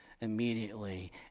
immediately